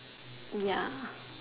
ya